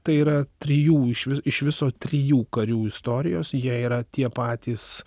tai yra trijų iš vi iš viso trijų karių istorijos jie yra tie patys